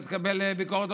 לא תקבל ביקורת,